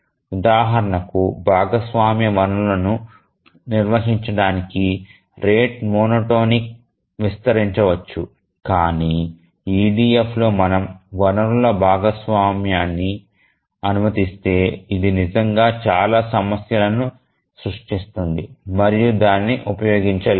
ఉదాహరణకు భాగస్వామ్య వనరులను నిర్వహించడానికి రేటు మోనోటోనిక్ విస్తరించవచ్చు కాని EDFలో మనము వనరుల భాగస్వామ్యాన్ని అనుమతిస్తే ఇది నిజంగా చాలా సమస్యలను సృష్టిస్తుంది మరియు దానిని ఉపయోగించలేము